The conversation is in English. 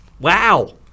wow